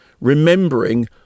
remembering